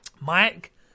Mike